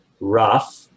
rough